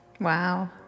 Wow